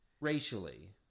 racially